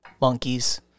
monkeys